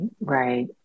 right